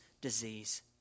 disease